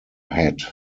hat